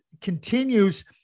continues